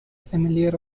familiar